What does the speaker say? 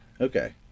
Okay